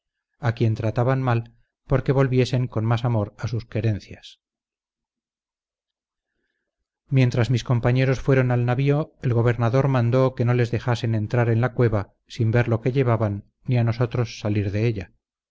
a quien trataban mal porque volviesen con más amor a sus querencias mientras mis compañeros fueron al navío el gobernador mandó que no les dejasen entrar en la cueva sin ver lo que llevaban ni a nosotros salir de ella